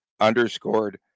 underscored